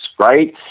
right